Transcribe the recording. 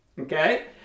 Okay